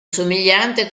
somigliante